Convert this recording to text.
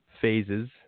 phases